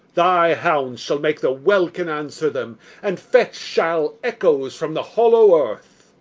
thy hounds shall make the welkin answer them and fetch shall echoes from the hollow earth.